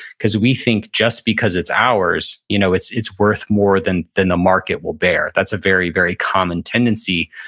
because we think just because it's ours, you know it's it's worth more than than the market will bear. that's a very, very common tendency.